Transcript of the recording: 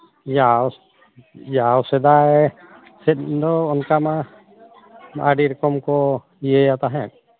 ᱡᱟᱣ ᱡᱟᱣ ᱥᱮᱫᱟᱭ ᱥᱮᱫ ᱫᱚ ᱚᱱᱠᱟ ᱢᱟ ᱟᱹᱰᱤ ᱨᱚᱠᱚᱢ ᱠᱚ ᱤᱭᱟᱹᱭᱟ ᱛᱟᱦᱮᱸᱫ